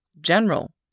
General